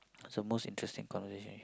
so more interesting conversation you've